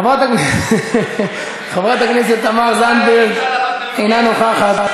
חברת הכנסת תמר זנדברג, אינה נוכחת.